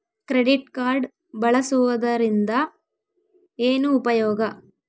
Credit card ಬಳಸುವದರಿಂದ ಏನು ಉಪಯೋಗ?